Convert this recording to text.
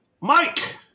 Mike